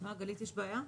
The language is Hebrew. מה גלית יש בעיה?